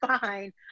fine